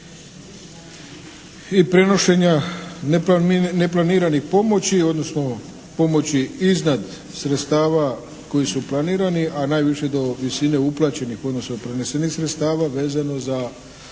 i prenošenja neplaniranih pomoći odnosno pomoći iznad sredstava koji su planirani a najviše do visine uplaćenih odnosno prenesenih sredstava vezano za